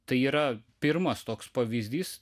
tai yra pirmas toks pavyzdys